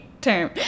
term